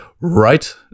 right